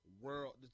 world